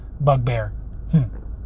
bugbear